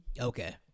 okay